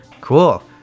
Cool